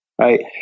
Right